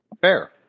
Fair